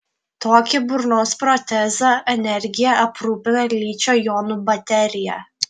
tokį burnos protezą energija aprūpina ličio jonų baterija